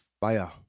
fire